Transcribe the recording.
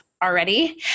already